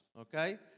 okay